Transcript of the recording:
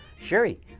Sherry